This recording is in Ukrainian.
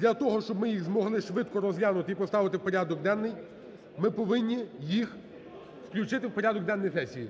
Для того, щоб ми їх змогли швидко розглянути і поставити в порядок денний, ми повинні їх включити в порядок денний сесії.